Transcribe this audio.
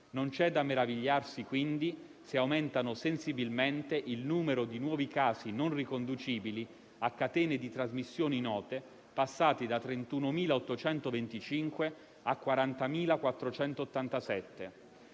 Non c'è da meravigliarsi, quindi, se aumenta sensibilmente il numero di nuovi casi non riconducibili a catene di trasmissioni note, passati da 31.825 a 40.487.